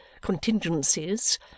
contingencies